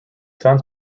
sons